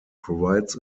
provides